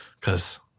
cause